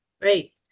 Great